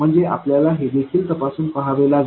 म्हणजे आपल्याला ते देखील तपासून पहावे लागेल